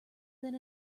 than